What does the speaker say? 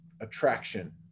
attraction